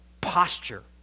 posture